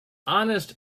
honest